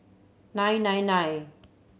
nine nine nine